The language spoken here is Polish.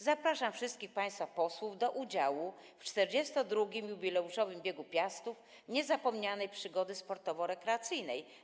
Zapraszam wszystkich państwa posłów do udziału w 42. jubileuszowym Biegu Piastów, niezapomnianej przygodzie sportowo-rekreacyjnej.